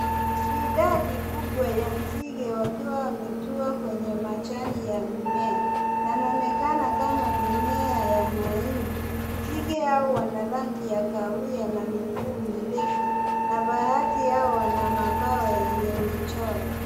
Idadi kubwa ya nzige wakiwa wametua kwenye majani ya mimea. Yanaonekana kama mimea ya mahindi. Nzige hao wana rangi ya kahawia na miguu mirefu, na baadhi yao wana mabawa yenye michoro.